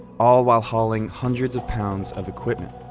all while hauling hundreds of pounds of equipment.